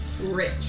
Rich